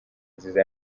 nziza